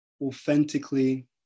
authentically